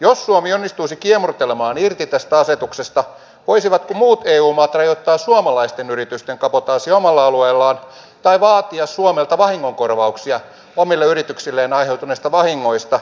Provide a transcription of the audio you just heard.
jos suomi onnistuisi kiemurtelemaan irti tästä asetuksesta voisivatko muut eu maat rajoittaa suomalaisten yritysten kabotaasia omalla alueellaan tai vaatia suomelta vahingonkorvauksia omille yrityksilleen aiheutuneista vahingoista